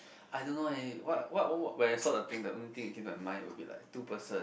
I don't know eh what what when I saw the thing the only thing that came to my mind will be like two person